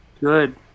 Good